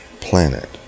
planet